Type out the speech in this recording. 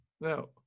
No